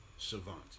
Savant